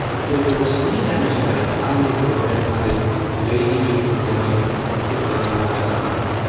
फैगौ स्नि दाननि थाखाय आंनि ब्र'डबेन्ड आरो दैनि बिलफोरखौ नों अट'पे खालामनो हागोन नामा